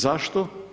Zašto?